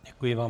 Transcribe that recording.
Děkuji vám.